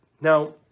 Now